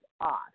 off